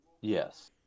Yes